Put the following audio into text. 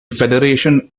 federation